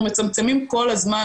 אנחנו מצמצמים כל הזמן,